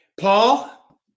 Paul